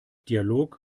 dialog